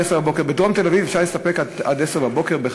10:00. בדרום תל-אביב אפשר להסתפק בחניה כזאת עד 10:00?